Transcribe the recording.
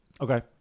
Okay